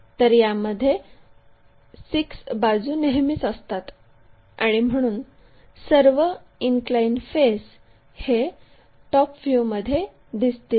तरयामध्ये 6 बाजू नेहमीच असतात आणि म्हणून सर्व इनक्लाइन फेस हे टॉप व्ह्यूमध्ये दिसतील